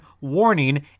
warning